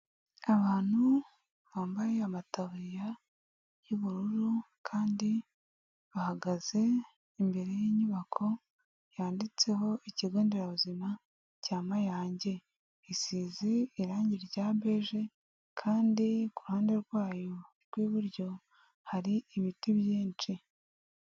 Abantu bambaye amataburiya y'ubururu kandi bahagaze imbere y'inyubako yanditseho ikigo nderabuzima cya Mayange, isize irangi rya beje kandi ku ruhande rwayo rw'iburyo hari ibiti byinshi.